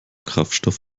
kraftstoff